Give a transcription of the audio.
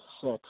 six